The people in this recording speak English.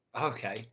Okay